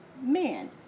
men